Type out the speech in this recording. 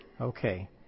Okay